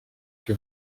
que